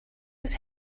was